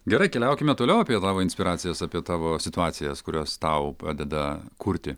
gerai keliaukime toliau apie tavo inspiracijas apie tavo situacijas kurios tau padeda kurti